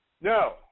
no